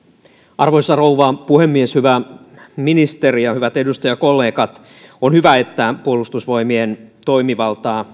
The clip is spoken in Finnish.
arvoisa rouva puhemies hyvä ministeri ja hyvät edustajakollegat on hyvä että puolustusvoimien toimivaltaa